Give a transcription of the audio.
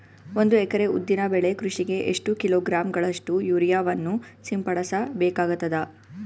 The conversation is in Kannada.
ಒಂದು ಎಕರೆ ಉದ್ದಿನ ಬೆಳೆ ಕೃಷಿಗೆ ಎಷ್ಟು ಕಿಲೋಗ್ರಾಂ ಗಳಷ್ಟು ಯೂರಿಯಾವನ್ನು ಸಿಂಪಡಸ ಬೇಕಾಗತದಾ?